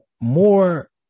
more